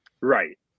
Right